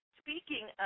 speaking